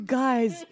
guys